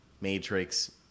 Matrix